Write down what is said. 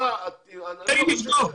תן לי לבדוק.